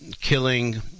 killing